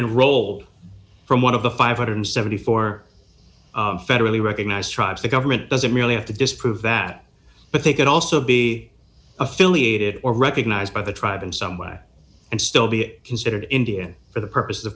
in roll from one of the five hundred and seventy four federally recognized tribes the government doesn't really have to disprove that but they could also be affiliated or recognised by the tribe in some way and still be considered india for the purpose of